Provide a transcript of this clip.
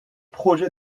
projet